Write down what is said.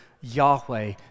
Yahweh